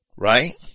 Right